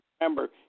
Remember